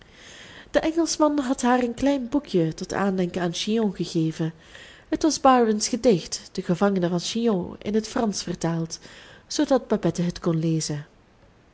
de engelschman had haar een klein boekje tot aandenken aan chillon gegeven het was byrons gedicht de gevangene van chillon in het fransch vertaald zoodat babette het kon lezen